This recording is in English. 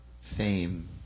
fame